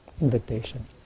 invitation